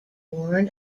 born